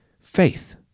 faith